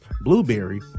Blueberry